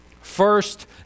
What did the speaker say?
First